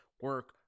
Work